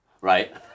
Right